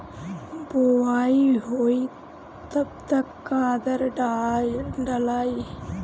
बोआई होई तब कब खादार डालाई?